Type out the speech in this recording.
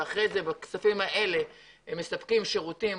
ובכספים האלה הם מספקים שירותים